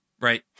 right